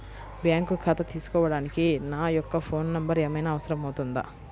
Bank ఖాతా తీసుకోవడానికి నా యొక్క ఫోన్ నెంబర్ ఏమైనా అవసరం అవుతుందా?